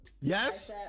Yes